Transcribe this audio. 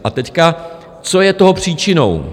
A teď co je toho příčinou?